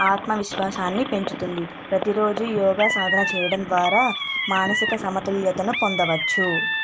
ఆత్మవిశ్వాసాన్ని పెంచుతుంది ప్రతిరోజు యోగా సాధన చేయడం ద్వారా మానసిక సమతుల్యతను పొందవచ్చు